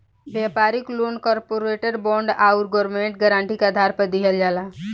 व्यापारिक loan corporate bond आउर government guarantee के आधार पर दिहल जाला